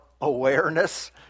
awareness